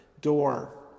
door